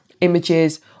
images